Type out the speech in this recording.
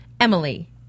Emily